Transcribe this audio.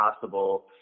possible